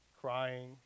crying